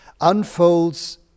unfolds